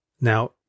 Now